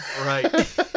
Right